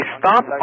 stop